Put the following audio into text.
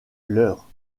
l’heure